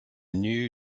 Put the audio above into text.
new